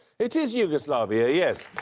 it is yugoslavia, yes.